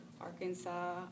Arkansas